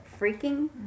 freaking